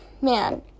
Man